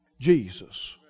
Jesus